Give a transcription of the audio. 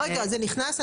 זה נכנס?